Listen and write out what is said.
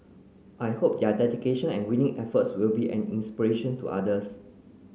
I hope their dedication and winning efforts will be an inspiration to others